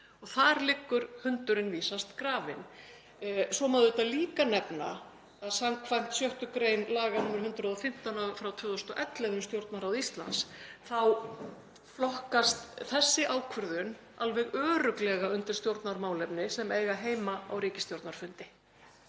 Þar liggur hundurinn vísast grafinn. Svo má auðvitað líka nefna að samkvæmt 6. gr. laga nr. 115/2011, um Stjórnarráð Íslands, þá flokkast þessi ákvörðun alveg örugglega undir stjórnarmálefni sem eiga heima á ríkisstjórnarfundi,